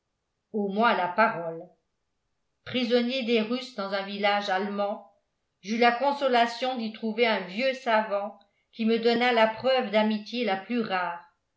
au moins la parole prisonnier des russes dans un village allemand j'eus la consolation d'y trouver un vieux savant qui me donna la preuve d'amitié la plus rare